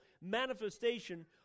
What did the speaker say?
manifestation